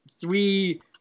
three